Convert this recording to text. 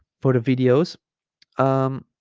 for the videos um